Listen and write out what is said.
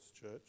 church